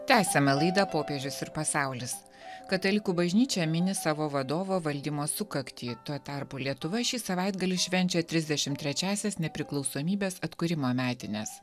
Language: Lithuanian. tęsiame laidą popiežius ir pasaulis katalikų bažnyčia mini savo vadovo valdymo sukaktį tuo tarpu lietuva šį savaitgalį švenčia trisdešimt trečiąsias nepriklausomybės atkūrimo metines